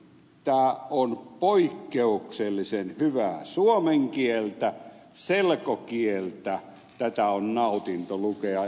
tämä on poikkeuksellisen hyvää suomen kieltä selkokieltä tätä on nautinto lukea